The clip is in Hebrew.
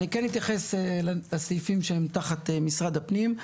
אני כן אתייחס לסעיפים שהם תחת משרד הפנים.